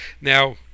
now